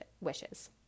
wishes